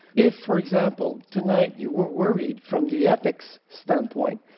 if, for example, tonight you were worried from the ethics standpoint,